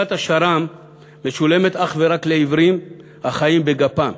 השר"מ משולמת אך ורק לעיוורים החיים בגפם.